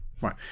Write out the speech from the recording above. right